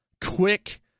quick